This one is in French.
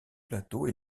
plateaux